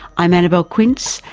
i'm annabelle quince,